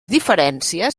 diferències